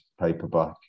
paperback